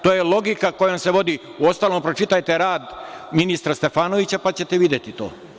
To je logika koja se vodi, uostalom pročitajte rad ministra Stefanovića, pa ćete videti to.